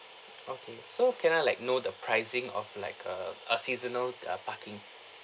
okay so can I like know the pricing of like a a seasonal the ah parking